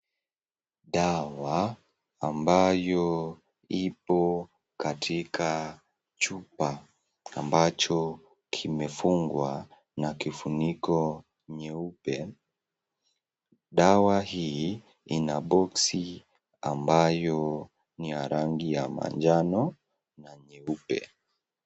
Dawa ambayo ipo katika chupa ambacho kimefungwa na kifuniko nyeupe. Dawa hii ina boksi ambayo ni ya rangi ya manjano na nyeupe.